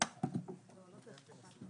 צה"ל לאשר את ההסכם,